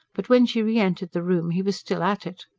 but when she re-entered the room he was still at it.